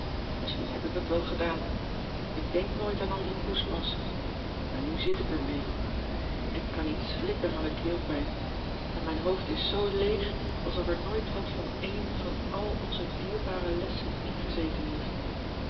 misschien heb ik dat wel gedaan ik denk nooit aan al dien poespas maar nu zit ik ermee ik kan niet slikken van de keelpijn en mijn hoofd is zoo leeg alsof er nooit wat van éen van al onze dierbare lessen ingezeten heeft